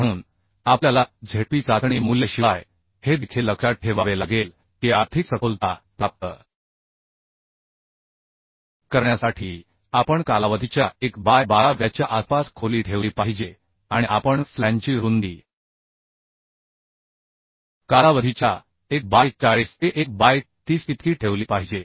म्हणून आपल्याला झेडपी चाचणी मूल्याशिवाय हे देखील लक्षात ठेवावे लागेल की आर्थिक सखोलता प्राप्त करण्यासाठी आपण कालावधीच्या 1 बाय 12 व्याच्या आसपास खोली ठेवली पाहिजे आणि आपण फ्लॅंजची रुंदी कालावधीच्या 1 बाय 40 ते 1 बाय 30 इतकी ठेवली पाहिजे